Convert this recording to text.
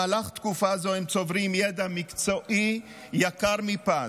במהלך תקופה זו הם צוברים ידע מקצועי יקר מפז,